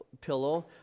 pillow